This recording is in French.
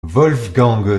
wolfgang